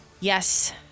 Yes